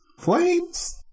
Flames